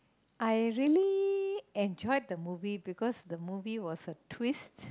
I really enjoyed the movie because the movie was a twist